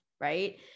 right